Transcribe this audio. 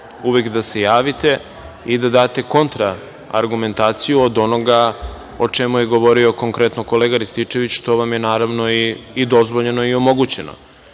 uvek da se javite i da date kontraargumentaciju od onoga o čemu je govorio, konkretno kolega Rističević, što vam je, naravno, i dozvoljeno i omogućeno